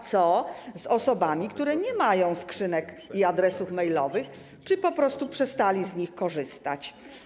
Co z osobami, które nie mają skrzynek i adresów mailowych czy po prostu przestały z nich korzystać?